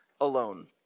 alone